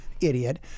idiot